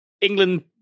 England